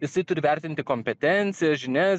jisai turi vertinti kompetencijas žinias